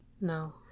No